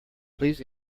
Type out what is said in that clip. please